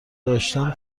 داشتن